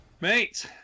Mate